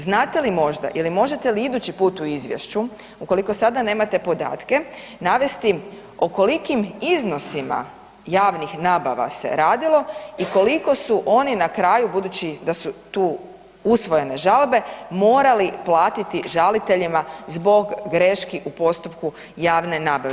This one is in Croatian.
Znate li možda ili možete li idući put u izvješću ukoliko sada nemate podatke navesti o kolikim iznosima javnih nabava se radilo i koliko su oni na kraju budući da su tu usvojene žalbe morali platiti žaliteljima zbog greški u postupku javne nabave.